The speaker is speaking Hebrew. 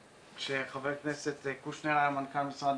כשחבר הכנסת קושניר היה מנכ"ל משרד